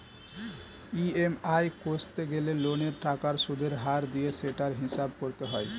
EMI কষতে গেলে লোনের টাকার সুদের হার দিয়ে সেটার হিসাব করতে হয়